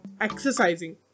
exercising